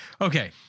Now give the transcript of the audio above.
Okay